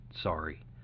sorry